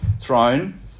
throne